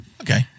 Okay